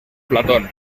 platón